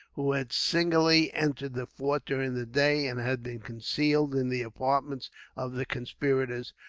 who had singly entered the fort during the day, and had been concealed in the apartments of the conspirators,